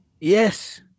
Yes